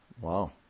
Wow